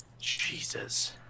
Jesus